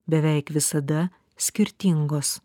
beveik visada skirtingos